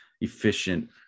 efficient